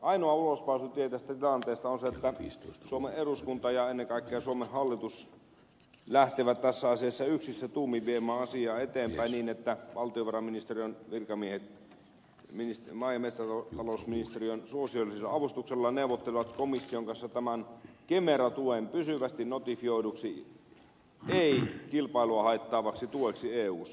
ensimmäinen on se että ainoa ulospääsytie tästä tilanteesta on se että suomen eduskunta ja ennen kaikkea suomen hallitus lähtevät tässä asiassa yksissä tuumin viemään asiaa eteenpäin niin että valtiovarainministeriön virkamiehet maa ja metsätalousministeriön suosiollisella avustuksella neuvottelevat komission kanssa tämän kemera tuen pysyvästi notifioiduksi ei kilpailua haittaavaksi tueksi eussa